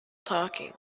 talking